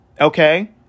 okay